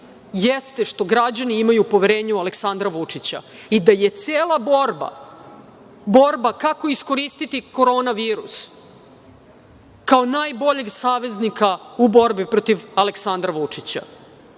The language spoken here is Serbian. jeste što građani imaju poverenja u Aleksandra Vučića i da je cela borba borba kako iskoristiti Korona virus kao najboljeg saveznika u borbi protiv Aleksandra Vučića.